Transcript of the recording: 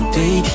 day